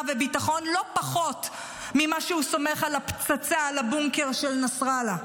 וביטחון לא פחות ממה שהוא סומך על הפצצה על הבונקר של נסראללה.